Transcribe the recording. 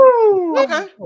Okay